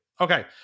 Okay